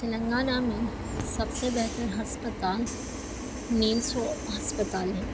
تلنگانہ میں سب سے بہتر ہسپتال نیمسو ہسپتال ہے